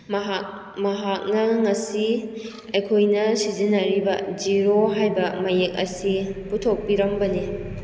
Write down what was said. ꯃꯍꯥꯛ ꯃꯍꯥꯛꯅ ꯉꯁꯤ ꯑꯩꯈꯣꯏꯅ ꯁꯤꯖꯤꯟꯅꯔꯤꯕ ꯖꯤꯔꯣ ꯍꯥꯏꯕ ꯃꯌꯦꯛ ꯑꯁꯤ ꯄꯨꯊꯣꯛꯄꯤꯔꯝꯕꯅꯤ